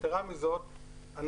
יתרה מזאת,